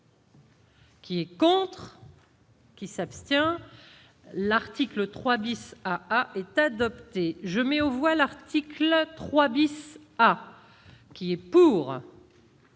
Qui est contre. Qui s'abstient, l'article 3 bis a est adoptée, je mets au voile, article 3 bis à qui est pour.